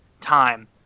time